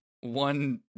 One